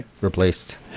replaced